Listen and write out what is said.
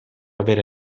avere